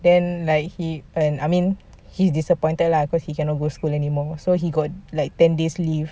then he can like I mean he disappointed lah cause he cannot go school anymore so he got like ten days leave